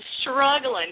struggling